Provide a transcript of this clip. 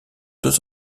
deux